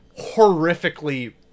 horrifically